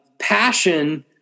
passion